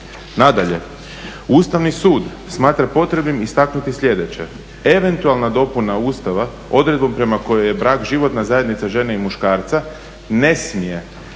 Nadalje, Ustavni sud smatra potrebnim istaknuti sljedeće, eventualna dopuna Ustava odredbom prema kojoj je brak životna zajednica žene i muškarca ne smije